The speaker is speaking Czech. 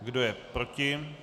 Kdo je proti?